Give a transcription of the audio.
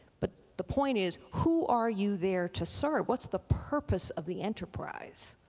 but, the point is, who are you there to serve? what's the purpose of the enterprise?